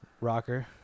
rocker